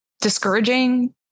discouraging